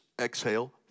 Exhale